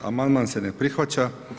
Amandman se ne prihvaća.